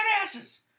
asses